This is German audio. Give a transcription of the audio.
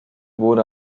wurde